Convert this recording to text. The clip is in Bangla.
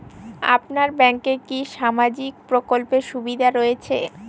আপনার ব্যাংকে কি সামাজিক প্রকল্পের সুবিধা রয়েছে?